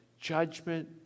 judgment